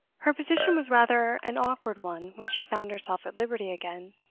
her position was rather an awkward one when she found herself at liberty again.